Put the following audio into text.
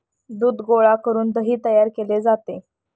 दूध गोळा करून दही तयार केले जाते